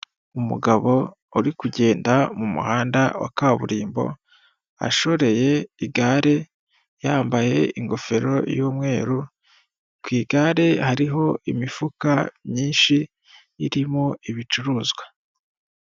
Umugabo uri kugenda mu muhanda wa kaburimbo, ashoreye igare, yambaye ingofero y'umweru, ku igare hariho imifuka myinshi irimo ibicuruzwa.